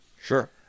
Sure